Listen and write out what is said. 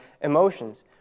emotions